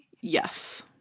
Yes